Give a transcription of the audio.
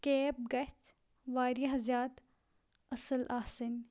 cab گَژھِ واریاہ زیادٕ اصل آسٕنۍ